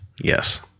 Yes